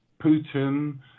Putin